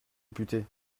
député